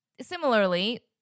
similarly